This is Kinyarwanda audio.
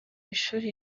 ishuri